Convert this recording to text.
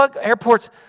airports